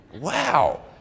Wow